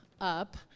up